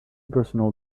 personal